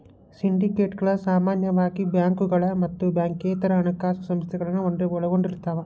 ಸಿಂಡಿಕೇಟ್ಗಳ ಸಾಮಾನ್ಯವಾಗಿ ಬ್ಯಾಂಕುಗಳ ಮತ್ತ ಬ್ಯಾಂಕೇತರ ಹಣಕಾಸ ಸಂಸ್ಥೆಗಳನ್ನ ಒಳಗೊಂಡಿರ್ತವ